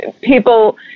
people